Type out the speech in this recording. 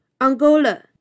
Angola